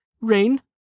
Rain